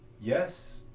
Yes